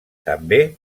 també